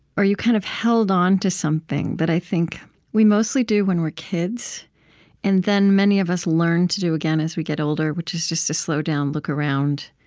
or you kind of held onto something that i think we mostly do when we're kids and then many of us learn to do again as we get older, which is just to slow down, look around,